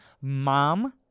mom